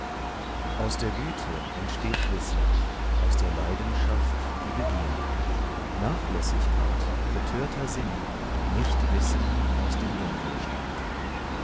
aus der güte entsteht wissen aus der leidenschaft die begier nachlässigkeit betörter sinn nichtwissen aus dem dunkel stammt